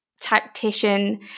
tactician